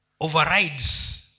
overrides